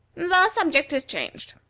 the subject is changed,